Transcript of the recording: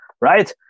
right